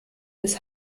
des